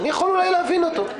אני יכול להבין אותו.